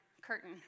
curtain